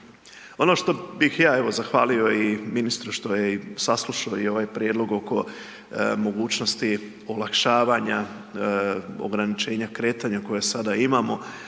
Ono što bih ja evo zahvalio i ministru što je i saslušao i ovaj prijedlog oko mogućnosti olakšavanja ograničenja kretanja koje sada imamo